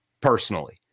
personally